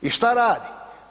I šta radi?